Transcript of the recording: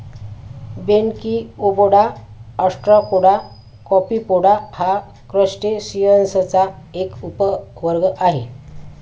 Branchiopoda, ostracoda, copepoda हा क्रस्टेसिअन्सचा एक उपवर्ग आहे